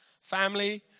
family